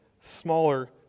smaller